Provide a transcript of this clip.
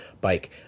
bike